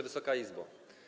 Wysoka Izbo!